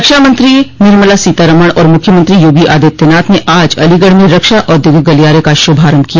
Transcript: रक्षा मंत्री निर्मला सीतारमण और मुख्यमंत्री योगी आदित्यनाथ ने आज अलीगढ़ में रक्षा औद्योगिक गलियारे का श्रभारम्भ किया